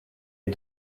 est